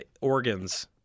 organs